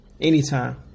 anytime